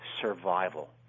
survival